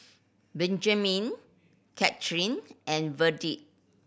Benjamin Kathyrn and Verdie